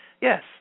yes